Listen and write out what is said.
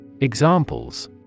Examples